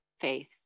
faith